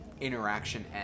interaction